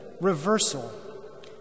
reversal